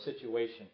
situation